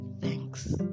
thanks